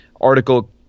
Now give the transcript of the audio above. Article